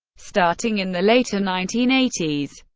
starting in the later nineteen eighty s,